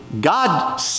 God